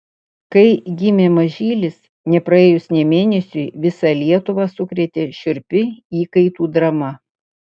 kai gimė mažylis nepraėjus nė mėnesiui visą lietuvą sukrėtė šiurpi įkaitų drama